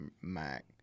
mac